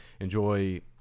enjoy